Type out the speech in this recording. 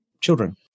children